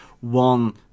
one